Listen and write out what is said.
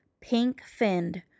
pink-finned